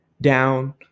down